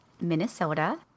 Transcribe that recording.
Minnesota